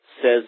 says